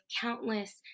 countless